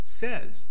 says